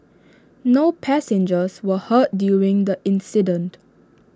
no passengers were hurt during the incident